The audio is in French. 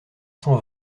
cent